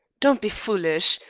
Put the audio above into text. don't be foolish.